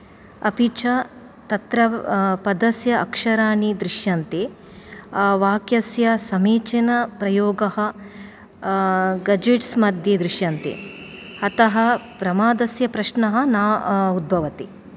अपि च तत्र पदस्य अक्षराणि दृश्यन्ते वाक्यस्य समीचीनप्रयोगः गजेट्स् मध्ये दृश्यन्ते अतः प्रमादस्य प्रश्नः न उद्भवति